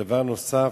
דבר נוסף,